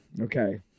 Okay